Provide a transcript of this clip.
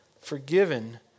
Forgiven